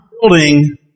building